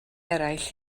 eraill